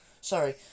Sorry